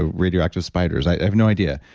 ah radioactive spiders, i have no idea.